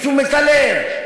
מתשומת הלב,